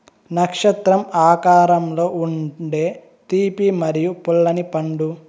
నక్షత్రం ఆకారంలో ఉండే తీపి మరియు పుల్లని పండు